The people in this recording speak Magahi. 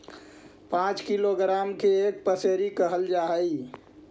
पांच किलोग्राम के एक पसेरी कहल जा हई